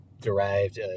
derived